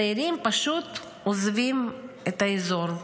צעירים פשוט עוזבים את האזור.